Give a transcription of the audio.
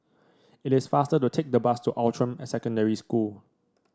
it is faster to take the bus to Outram Secondary School